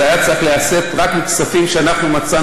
זה היה צריך להיעשות רק מכספים שמצאנו,